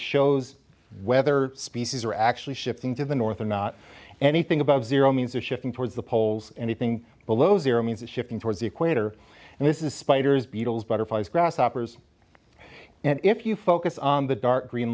shows whether species are actually shifting to the north or not anything above zero means they're shifting towards the poles anything below zero means that shifting towards the equator and this is spiders beetles butterflies grasshoppers and if you focus on the dark green